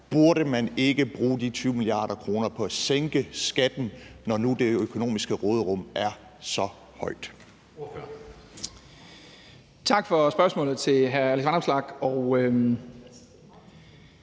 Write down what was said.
Burde man ikke bruge de 20 mia. kr. på at sænke skatten, når nu det økonomiske råderum er så stort?